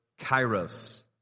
kairos